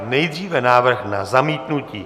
Nejdříve návrh na zamítnutí.